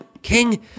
King